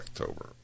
October